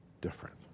different